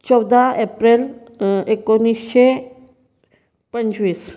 चौदा एप्रिल एकोणीसशे पंचवीस